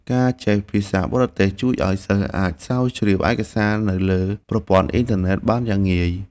ការចេះភាសាបរទេសជួយឱ្យសិស្សអាចស្រាវជ្រាវឯកសារនៅលើប្រព័ន្ធអុីនធឺណិតបានយ៉ាងងាយ។